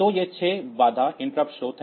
तो ये 6 बाधा स्रोत हैं